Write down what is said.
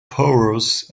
powers